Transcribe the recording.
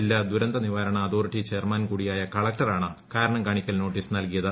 ജില്ലാ ദുരന്തനിവാരണ് authority chairman കൂടിയായ കളക്ടറാണ് കാരണം കാണ്ണിക്ക്ൽ നോട്ടീസ് നൽകിയത്